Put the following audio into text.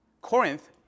Corinth